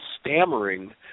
stammering